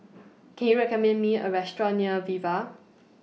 Can YOU recommend Me A Restaurant near Viva